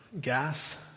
Gas